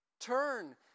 turn